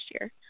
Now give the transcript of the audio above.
year